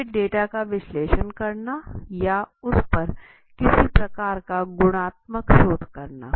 फिर डेटा का विश्लेषण करना या उसपर किसी प्रकार का गुणात्मक शोध करना